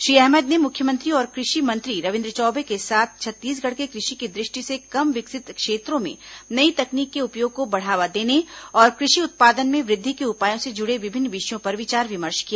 श्री अहमद ने मुख्यमंत्री और कृषि मंत्री रविन्द्र चौबे के साथ छत्तीसगढ़ के कृषि की दृष्टि से कम विकसित क्षेत्रों में नई तकनीक के उपयोग को बढ़ावा देने और कृषि उत्पादन में वृद्धि के उपायों से जुड़े विभिन्न विषयों पर विचार विमर्श किया